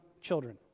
children